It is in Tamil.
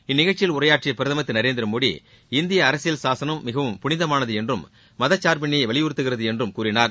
இந்நிகழ்ச்சியில் உரையாற்றிய பிரதமர் திரு நரேந்திரமோடி இந்திய அரசியல் சாசனம் மிகவும் புனிதமானது என்றும் மதச்சார்பின்மையை வலியுறுத்துகிறது என்றும் கூறினார்